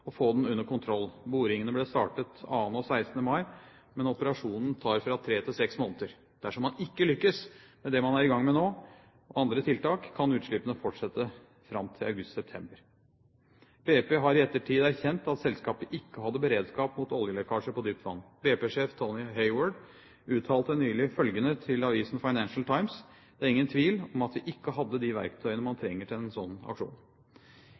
og få den under kontroll. Boringene ble startet 2. og 16. mai, men operasjonen tar fra tre til seks måneder. Dersom man ikke lykkes med det man er i gang med nå – eller andre tiltak – kan utslippene fortsette fram til august–september. BP har i ettertid erkjent at selskapet ikke hadde beredskap mot oljelekkasjer på dypt vann. BP-sjef Tony Hayward uttalte nylig følgende til avisen Financial Times: Det er ingen tvil om at vi ikke hadde de verktøyene man trenger til en sånn aksjon.